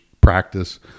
practice